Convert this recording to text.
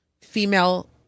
female